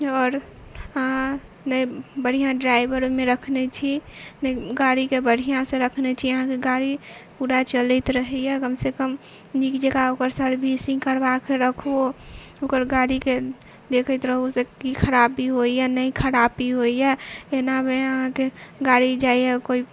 आओर अहाँ ने बढ़िआँ ड्राइवर रखने छी ने गाड़ीके बढ़िआँसँ रखने छी अहाँके गाड़ी पूरा चलैत रहैए कमसँ कम नीक जकाँ ओकर सर्विसिंग करबाके राखु ओकर गाड़ीके देखैत रहु कि खराबी होइए नहि खराबी होइए एनामे अहाँके गाड़ी जाइए कोइ